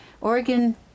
Oregon